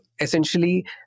essentially